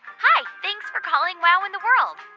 hi. thanks for calling wow in the world.